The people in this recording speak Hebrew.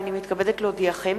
הנני מתכבדת להודיעכם,